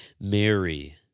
Mary